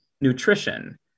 nutrition